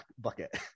bucket